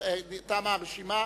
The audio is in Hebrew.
תמה הרשימה.